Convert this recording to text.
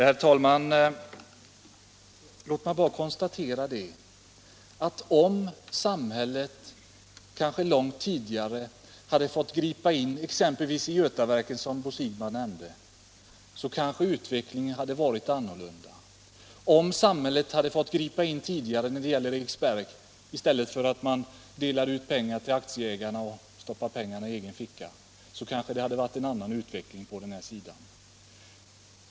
Herr talman! Låt mig bara konstatera att om samhället långt tidigare hade fått gripa in — exempelvis vid Götaverken, som Bo Siegbahn nämnde - hade kanske utvecklingen varit en annan. Om samhället hade fått gripa in tidigare när det gäller Eriksberg i stället för att man delat ut pengar till aktieägarna och stoppat pengarna i egen ficka, kanske det hade varit en annan utveckling på den här sidan.